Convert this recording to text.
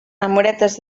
amoretes